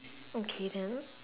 okay then